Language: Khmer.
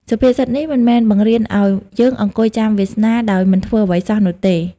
សុភាសិតនេះមិនមែនបង្រៀនឱ្យយើងអង្គុយចាំវាសនាដោយមិនធ្វើអ្វីសោះនោះទេ។